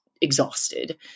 exhausted